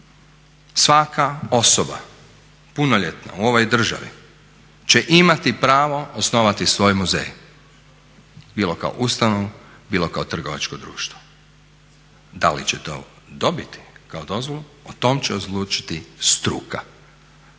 Svaka osoba punoljetna u ovoj državi će imati pravo osnovati svoj muzej, bilo kao ustanovu, bilo kao trgovačko društvo. Da li će to dobiti kao dozvolu, o tom će odlučiti struka.